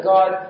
God